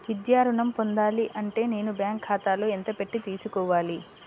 విద్యా ఋణం పొందాలి అంటే నేను బ్యాంకు ఖాతాలో ఎంత పెట్టి తీసుకోవాలి?